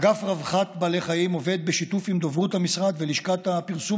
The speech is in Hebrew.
אגף רווחת בעלי חיים עובד בשיתוף עם דוברות המשרד ולשכת הפרסום